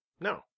No